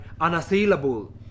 unassailable